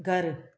घर